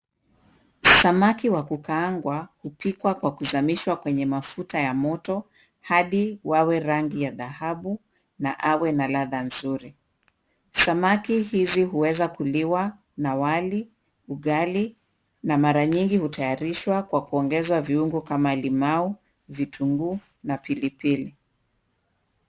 Samaki wa kukaangwa hupikwa kwa kuzamishwa kwenye mafuta ya moto hadi wawe rangi ya dhahabu na awe na ladha nzuri. Samaki hizi huweza kuliwa na wali, ugali na mara nyingi hutayarishwa kwa kuongezwa viungo kama limau, vitungu na pilipili.